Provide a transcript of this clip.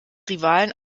rivalen